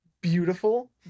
beautiful